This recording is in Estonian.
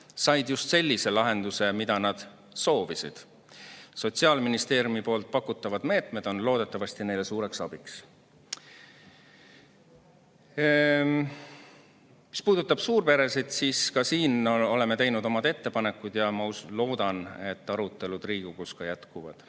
said just sellise lahenduse, mida nad soovisid. Sotsiaalministeeriumi pakutavad meetmed on neile loodetavasti suureks abiks. Mis puudutab suurperesid, siis ka siin oleme teinud omad ettepanekud ja ma loodan, et arutelud Riigikogus jätkuvad.